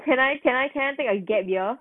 can I can I can I take a gap year